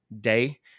day